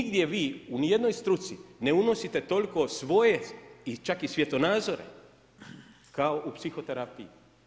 Nigdje vi, u ni jednoj struci ne unosite toliko svoje i čak i svjetonazore kao u psihoterapiji.